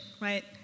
right